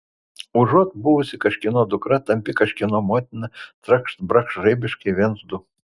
užuot buvusi kažkieno dukra tampi kažkieno motina trakšt brakšt žaibiškai viens du